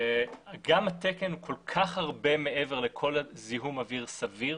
גם התקן הוא כל כך הרבה מעבר לזיהום אוויר סביר,